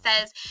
says